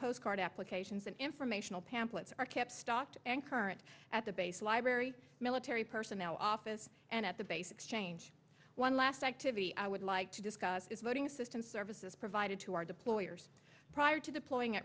postcard applications and informational pamphlets are kept stocked and current at the base library military personnel office and at the base exchange one last activity i would like to discuss is voting system services provided to our deployers prior to deploying